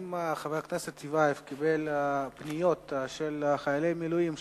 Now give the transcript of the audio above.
אם חבר הכנסת טיבייב קיבל פניות של חיילי מילואים שפוטרו,